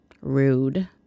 Rude